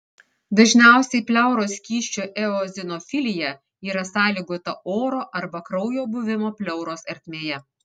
dažniausiai pleuros skysčio eozinofilija yra sąlygota oro arba kraujo buvimo pleuros ertmėje